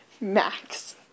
Max